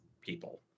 people